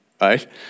right